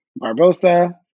Barbosa